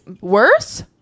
worse